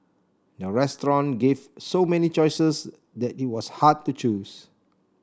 the restaurant gave so many choices that it was hard to choose